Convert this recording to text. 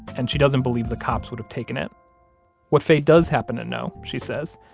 and she doesn't believe the cops would have taken it what faye does happen to know, she says,